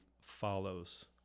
follows